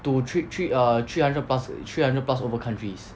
to three three err three hundred plus three hundred plus over countries